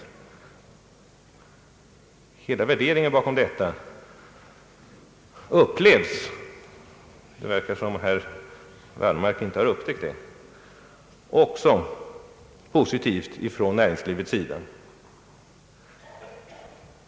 Hela värderingen bakom detta upplevs — det förefaller som om herr Wallmark inte har upptäckt det — också positivt från näringslivets sida.